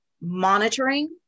monitoring